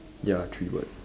ya three bird